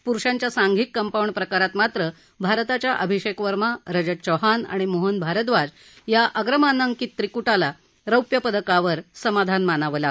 पुरुषांच्या सांधिक कंपाउंड प्रकारात मात्र भारताच्या अभिषेक वर्मा रजत चौहान आणि मोहन भारद्वाज या अग्रमानांकित त्रिकुटाला रौप्य पदकावर समाधान मानावं लागलं